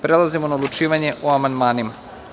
Prelazimo na odlučivanje o amandmanima.